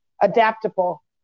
adaptable